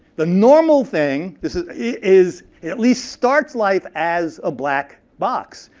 the normal thing is is at least starts life as a black box.